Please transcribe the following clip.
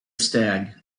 stag